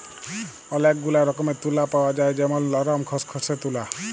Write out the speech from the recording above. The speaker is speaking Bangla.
ওলেক গুলা রকমের তুলা পাওয়া যায় যেমল লরম, খসখসে তুলা